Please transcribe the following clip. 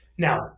Now